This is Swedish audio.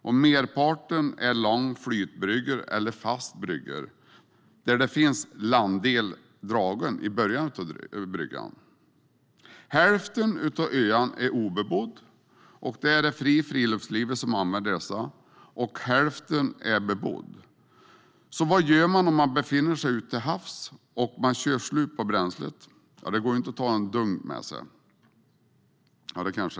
Merparten av bryggorna är långa flytbryggor eller fasta bryggor där det finns landel dragen i början av bryggorna. Hälften av öarna är obebodda - det är det fria friluftslivet som använder dessa öar - och hälften av öarna är bebodda. Så vad gör man om man befinner sig ute till havs och kör slut på bränslet? Man kan förstås ta med sig en dunk.